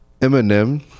Eminem